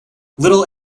little